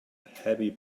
heavy